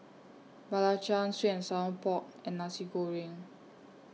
Belacan Sweet and Sour Pork and Nasi Goreng